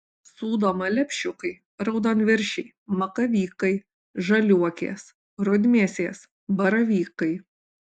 sūdoma lepšiukai raudonviršiai makavykai žaliuokės rudmėsės baravykai